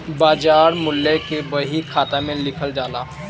बाजार मूल्य के बही खाता में लिखल जाला